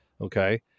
Okay